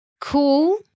Cool